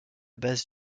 base